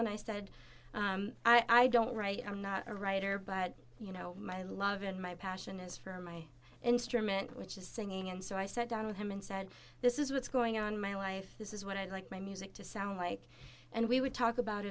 and i said i don't write i'm not a writer but you know my love and my passion is for my instrument which is singing and so i sat down with him and said this is what's going on my life this is what i'd like my music to sound like and we would talk about